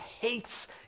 hates